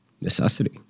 necessity